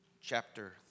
chapter